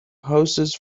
houses